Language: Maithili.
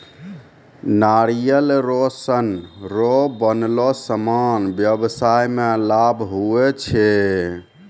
नारियल रो सन रो बनलो समान व्याबसाय मे लाभ हुवै छै